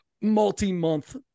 multi-month